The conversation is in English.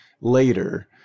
later